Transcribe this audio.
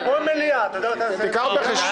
אנחנו צריכים להביא 61